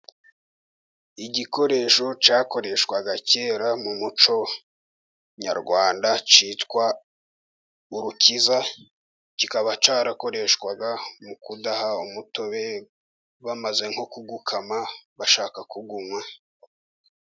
Igikoresho cyakoreshwaga kera mu muco Nyarwanda cyitwa urukiza, kikaba cyarakoreshwaga mu kudaha umutobe bamaze nko kuwukama bashaka kuwunywa.